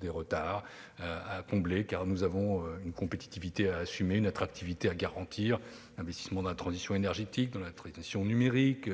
des retards à combler. Nous avons une compétitivité à défendre et une attractivité à garantir. Nous devons investir dans la transition énergétique, dans la transition numérique,